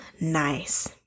nice